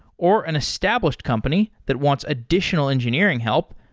or an established company that wants additional engineering help,